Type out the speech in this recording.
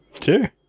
Sure